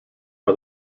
are